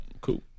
Cool